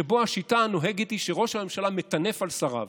שבו השיטה הנוהגת היא שראש הממשלה מטנף על שריו.